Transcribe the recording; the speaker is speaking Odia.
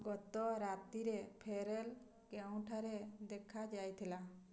ଗତ ରାତିରେ ଫେରେଲ୍ କେଉଁଠାରେ ଦେଖାଯାଇଥିଲା